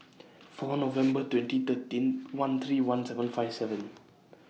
four November twenty thirteen one three one seven five seven